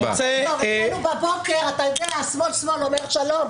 אצלנו בשמאל בבוקר אומרים שלום,